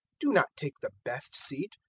do not take the best seat,